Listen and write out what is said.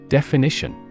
Definition